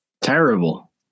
Terrible